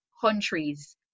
countries